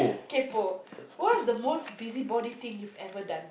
kaypo what's the most busybody thing you've done